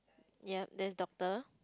yep there's doctor